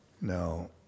No